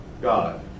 God